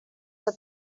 que